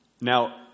Now